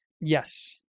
Yes